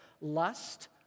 lust